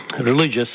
religious